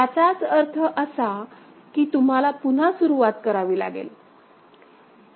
याचाच अर्थ असा की तुम्हाला पुन्हा सुरुवात करावी लागेल